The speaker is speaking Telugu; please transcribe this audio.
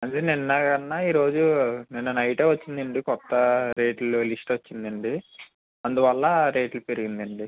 అది నిన్న కన్నా ఈ రోజు నిన్న నైటే వచ్చిందండి కొత్త రేటుల్లో లిస్ట్ వచ్చిందండి అందువల్ల రేట్లు పెరిగిందండి